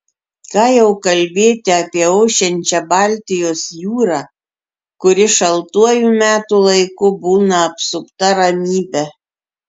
ką jau kalbėti apie ošiančią baltijos jūrą kuri šaltuoju metų laiku būna apsupta ramybe